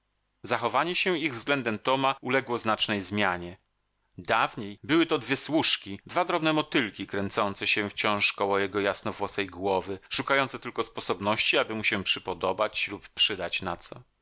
zachowanie się ich względem toma uległo znacznej zmianie dawniej były to dwie służki dwa drobne motylki kręcące się wciąż koło jego jasnowłosej głowy szukające tylko sposobności aby mu się przypodobać lub przydać na co